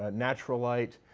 ah natural light.